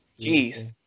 Jeez